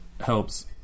helps